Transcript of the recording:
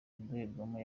indorerwamo